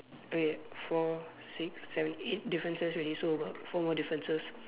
uh y~ four six seven eight differences already so about four more differences